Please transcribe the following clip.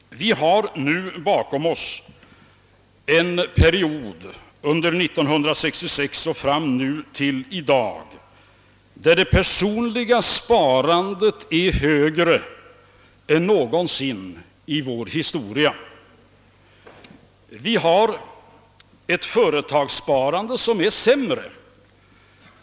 Vi har bakom oss en period — från början av 1966 till i dag — då det personliga sparandet varit större än någonsin tidigare i vår historia. Däremot har företagssparandet blivit sämre.